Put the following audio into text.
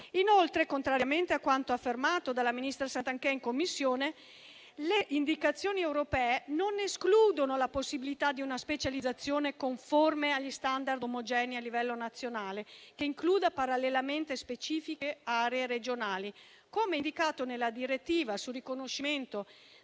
Inoltre, contrariamente a quanto affermato dalla ministra Santanchè in Commissione, le indicazioni europee non escludono la possibilità di una specializzazione conforme agli *standard* omogenei a livello nazionale che includa parallelamente specifiche aree regionali, come indicato a pagina 20 della